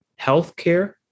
healthcare